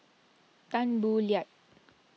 Tan Boo Liat